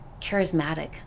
charismatic